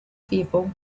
fearful